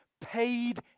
Paid